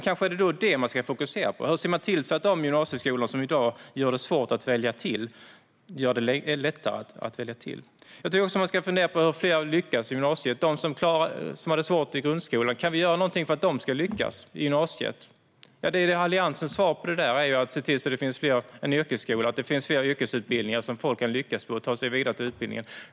Kanske ska vi fokusera på att se till att de gymnasieskolor som i dag gör det svårt att välja till ska göra det lättare? Jag tycker också att man ska fundera på hur fler ska lyckas i gymnasiet. Kan vi göra något för att de som hade svårt i grundskolan ska lyckas i gymnasiet? Alliansens svar på det är att se till att det finns en yrkesskola och fler yrkesutbildningar som folk kan lyckas på och ta sig vidare från.